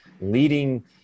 leading